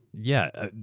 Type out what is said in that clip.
yeah,